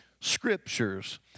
Scriptures